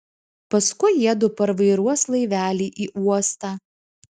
paskui jiedu parvairuos laivelį į uostą